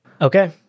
Okay